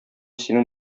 синең